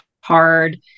hard